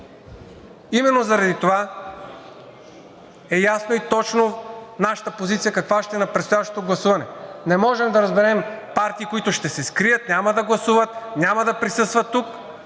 Именно заради това ще е ясна и точна нашата позиция на предстоящото гласуване. Не можем да разберем партии, които ще се скрият, няма да гласуват, няма да присъстват тук,